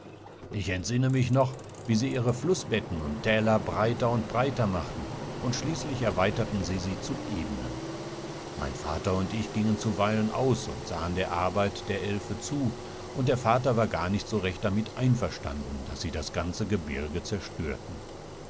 ich entsinne mich noch wie sie ihre flußbetten und täler breiter und breiter machten und schließlich erweiterten sie sie zu ebenen mein vater und ich gingen zuweilen aus und sahen der arbeit der elfezu unddervaterwargarnichtsorechtdamiteinverstanden daßsiedas ganze gebirge zerstörten